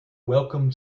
welcome